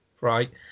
right